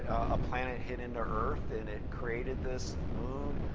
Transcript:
a planet hit into earth, and it created this moon.